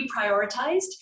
reprioritized